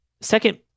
Second